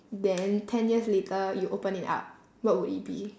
then ten years later you open it up what would it be